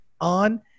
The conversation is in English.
on